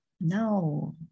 no